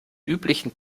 üblichen